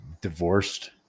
divorced